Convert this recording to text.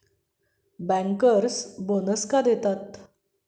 Bankers bonus का देतात?